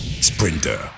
Sprinter